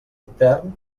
intern